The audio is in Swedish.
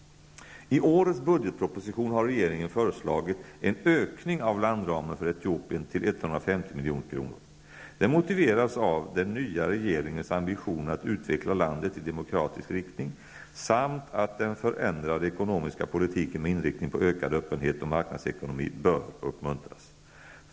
I årets budgetproposition har regeringen föreslagit en ökning av landramen för Etiopien till 150 milj.kr. Det motiveras av den nya regeringens ambitioner att utveckla landet i demokratisk riktning samt av att den förändrade ekonomiska politiken med inriktning på ökad öppenhet och marknadsekonomi bör uppmuntras.